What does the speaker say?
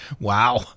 Wow